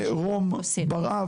מר רום בר-אב,